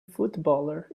footballer